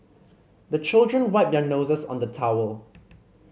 the children wipe their noses on the towel